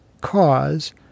cause